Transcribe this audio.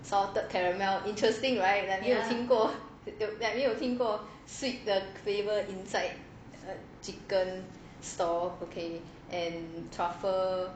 salted caramel interesting right like 没有听过 like 没有听过 sweet 的 flavour inside a chicken store okay and truffle